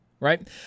Right